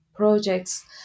projects